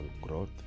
growth